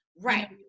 Right